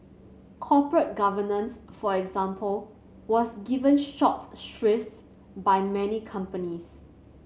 corporate governance for example was given short shrifts by many companies